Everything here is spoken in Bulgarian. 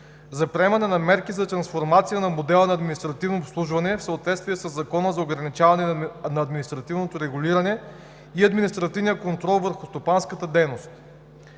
за приемане на мерки за трансформация на модела на административно обслужване в съответствие със Закона за ограничаване на административното регулиране и административния контрол върху стопанската дейност